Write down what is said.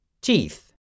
Teeth